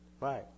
Right